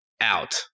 out